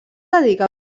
dedica